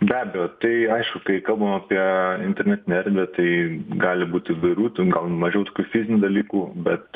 be abejo tai aišku kai kalbam apie internetinę erdvę tai gali būt įvairių ten gal mažiau tokių fizinių dalykų bet